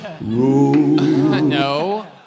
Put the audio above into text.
No